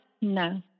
no